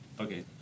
Okay